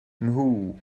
nhw